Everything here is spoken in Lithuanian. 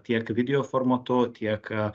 tiek video formatu tiek